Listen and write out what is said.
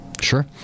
Sure